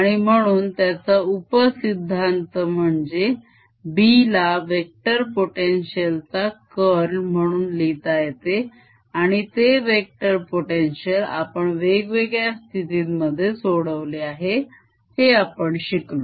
आणि म्हणून त्याचा उप सिद्धांत म्हणजे B ला वेक्टर potential चा curl म्हणून लिहिता येते आणि ते वेक्टर potential आपण वेगवेगळ्या स्थितींमध्ये सोडवले आहे हे आपण शिकलो